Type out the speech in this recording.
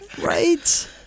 Right